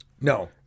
No